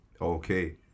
Okay